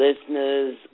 listeners